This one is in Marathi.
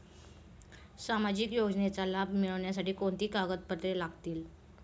सामाजिक योजनेचा लाभ मिळण्यासाठी कोणती कागदपत्रे लागतील?